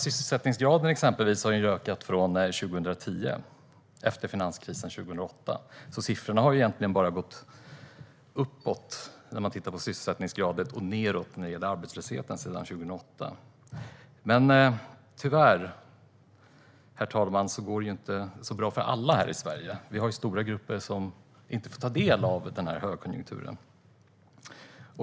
Sysselsättningsgraden har ökat sedan 2010 efter finanskrisen 2008. Siffrorna har alltså bara gått uppåt när det gäller sysselsättningsgraden och nedåt när det gäller arbetslösheten sedan 2008. Men tyvärr, herr talman, går det inte så bra för alla här i Sverige. Vi har stora grupper som inte får ta del av den här högkonjunkturen.